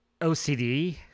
OCD